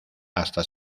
hasta